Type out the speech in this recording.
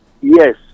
Yes